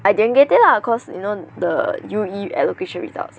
I didn't get it lah cause you know the U_E allocation results